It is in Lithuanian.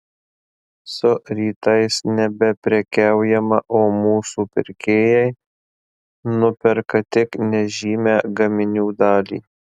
su rytais nebeprekiaujama o mūsų pirkėjai nuperka tik nežymią gaminių dalį